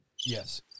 Yes